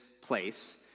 place